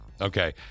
Okay